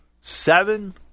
Seven